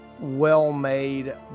well-made